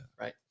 Right